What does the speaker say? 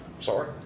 Sorry